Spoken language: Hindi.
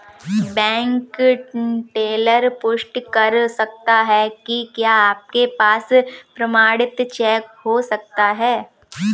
बैंक टेलर पुष्टि कर सकता है कि क्या आपके पास प्रमाणित चेक हो सकता है?